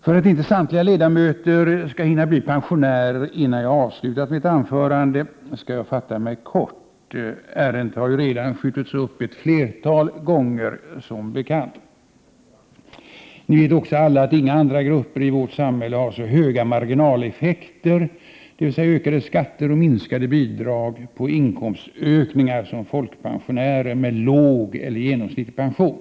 För att inte samtliga ledamöter skall hinna bli pensionärer innan jag avslutat mitt anförande skall jag fatta mig kort. Ärendet har redan skjutits upp ett flertal gånger, som bekant. Vi vet också alla att inga andra grupper i vårt samhälle har så höga marginaleffekter, dvs. ökade skatter och minskade bidrag, på inkomstökningar som folkpensionärer med låg eller genomsnittlig pension.